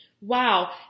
wow